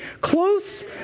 close